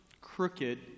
crooked